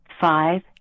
Five